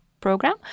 program